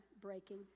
breaking